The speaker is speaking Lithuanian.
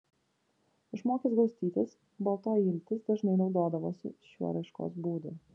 išmokęs glaustytis baltoji iltis dažnai naudodavosi šiuo raiškos būdu